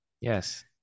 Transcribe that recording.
yes